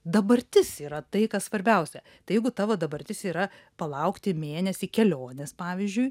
dabartis yra tai kas svarbiausia tai jeigu tavo dabartis yra palaukti mėnesį kelionės pavyzdžiui